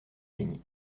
gagné